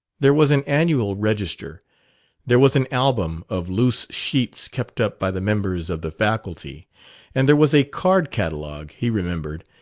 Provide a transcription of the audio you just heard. there was an annual register there was an album of loose sheets kept up by the members of the faculty and there was a card-catalogue, he remembered,